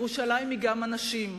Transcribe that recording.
ירושלים היא גם אנשים,